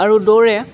আৰু দৌৰে